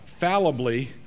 fallibly